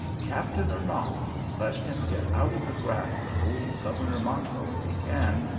captain or not, let him get out of the grasp of old governor manco if he can,